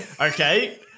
okay